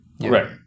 right